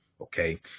Okay